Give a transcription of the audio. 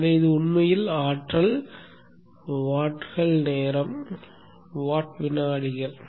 எனவே இது உண்மையில் ஆற்றல் வாட்கள் நேரம் வாட் வினாடிகள்